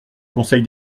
conseil